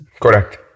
Correct